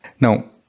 Now